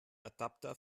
adapter